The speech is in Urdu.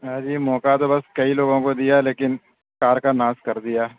اجی موقع تو بس کئی لوگوں كو دیا لیكن کار کا ناس كر دیا